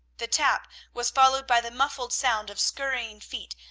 the tap was followed by the muffled sound of scurrying feet,